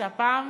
הפעם